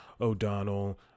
o'donnell